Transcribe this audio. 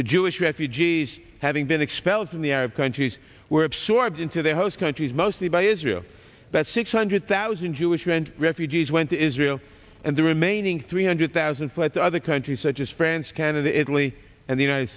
the jewish refugees having been expelled from the arab countries were absorbed into their host countries mostly by israel that six hundred thousand jewish meant refugees went to israel and the remaining three hundred thousand fled to other countries such as france canada italy and the united